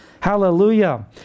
Hallelujah